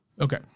Okay